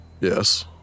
Yes